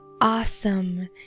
awesome